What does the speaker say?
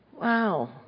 wow